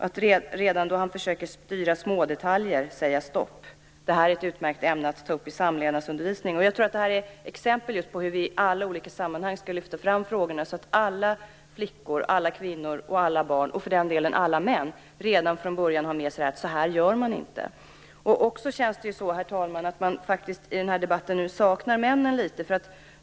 Att de redan då han försöker styra smådetaljer säger stopp. Detta är ett utmärkt ämne att ta upp i samlevnadsundervisningen." Det här är ett exempel på hur vi i alla olika sammanhang skall lyfta fram frågorna så att alla flickor, kvinnor och barn och för den delen alla män redan från början lär sig att så här gör man inte. I debatten saknar man männen litet.